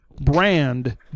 brand